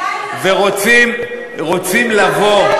ורוצים לבוא,